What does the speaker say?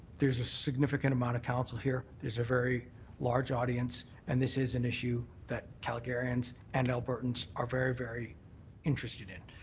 there's a significant amount of council here. there's a very large audience. and this is an issue that calgarians and albertans are very, very interested in.